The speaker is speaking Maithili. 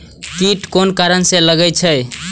कीट कोन कारण से लागे छै?